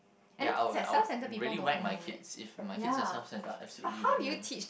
ya I would I would really whack my kids if my kids are self-centred i would absolutely whack them